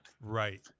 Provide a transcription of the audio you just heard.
Right